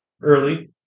early